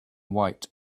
white